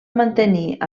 mantenir